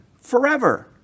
forever